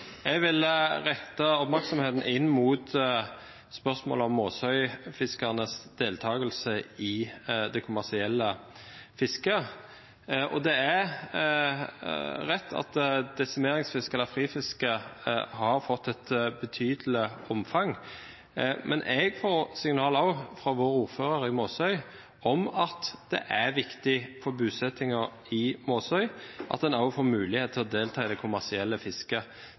Jeg vil rette oppmerksomheten inn mot spørsmålet om Måsøy-fiskernes deltakelse i det kommersielle fisket. Det er rett at desimeringsfiske, eller frifiske, har fått et betydelig omfang, men jeg får også signal fra vår ordfører i Måsøy om at det er viktig for bosettingen i Måsøy at en også får mulighet til å delta i det kommersielle fisket.